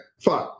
fine